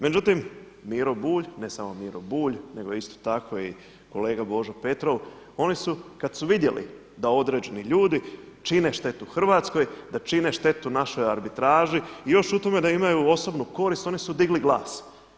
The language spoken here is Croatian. Međutim, Miro Bulj, ne samo Miro Bulj, nego isto tako i kolega Božo Petrov oni su kada su vidjeli da određeni ljudi čine štetu Hrvatskoj, da čine štetu našoj arbitraži i još u tome da imaju osobnu korist oni su digli glas.